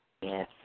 Yes